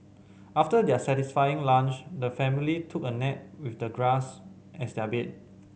after their satisfying lunch the family took a nap with the grass as their bed